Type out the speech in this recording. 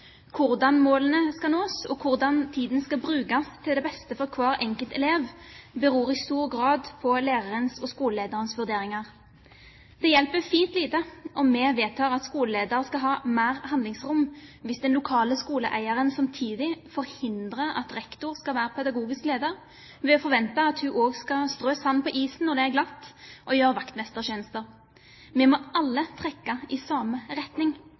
Hvordan målene skal nås og hvordan tiden skal brukes til det beste for hver enkelt elev, beror i stor grad på lærerens og skolelederens vurderinger. Det hjelper fint lite om vi vedtar at skoleleder skal ha mer handlingsrom hvis den lokale skoleeieren samtidig forhindrer at rektor skal være pedagogisk leder, ved å forvente at hun også skal strø sand på isen når det er glatt og gjøre vaktmestertjenester. Vi må alle trekke i samme retning.